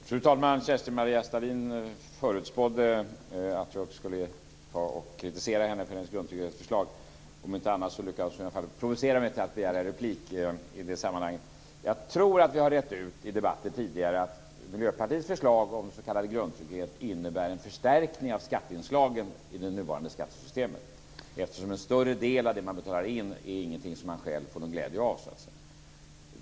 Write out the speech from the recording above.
Fru talman! Kerstin-Maria Stalin förutspådde att jag skulle kritisera henne för hennes grundtrygghetsförslag. Om inte annat så lyckades hon i alla fall provocera mig till att begära replik i det sammanhanget. Jag tror att vi tidigare i debatten har rett ut att Miljöpartiets förslag om s.k. grundtrygghet innebär en förstärkning av skatteinslagen i det nuvarande skattesystemet. En större del av det som man betalar in får man inte själv någon glädje av.